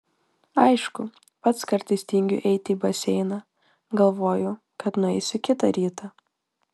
aišku pats kartais tingiu eiti į baseiną galvoju kad nueisiu kitą rytą